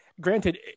Granted